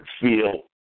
feel